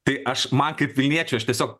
tai aš man kaip vilniečiui aš tiesiog